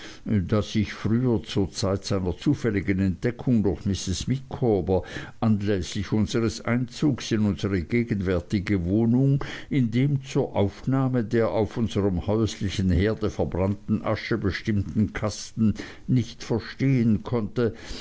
das ich früher zur zeit seiner zufälligen entdeckung durch mrs micawber anläßlich unseres einzugs in unsere gegenwärtige wohnung in dem zur aufnahme der auf unserm häuslichen herde verbrannten asche bestimmten kasten nicht verstehen konnte